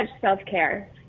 self-care